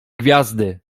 gwiazdy